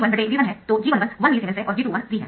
तो g11 1 millisiemens है और g21 3 है